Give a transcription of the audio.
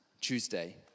Tuesday